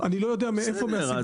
אני לא יודע מאיפה מהסיבה